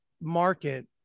market